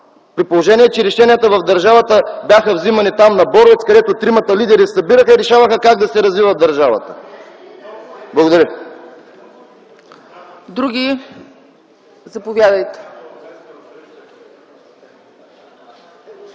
при положение, че решенията в държавата бяха взимани там, на Боровец, където тримата лидери се събираха и решаваха как да се развива държавата. Благодаря. ПРЕДСЕДАТЕЛ